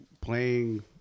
playing